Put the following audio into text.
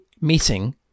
meeting